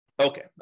Okay